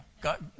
God